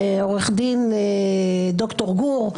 עו"ד ד"ר גור,